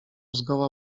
zgoła